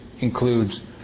includes